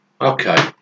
Okay